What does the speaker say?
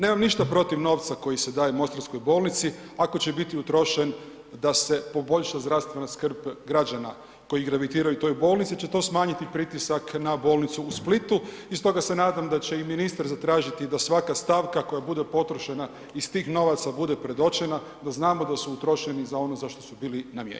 Nemam ništa protiv novca koji se daje Mostarskoj bolnici ako će biti utrošen da se poboljša zdravstvena skrb građana koji gravitiraju toj bolnici će to smanjiti pritisak na Bolnicu u Splitu i stoga se nadam da će i ministar zatražiti da svaka stavka koja bude potrošena iz tih novaca bude predočena da znamo da su utrošeni za ono za što su bili namijeni.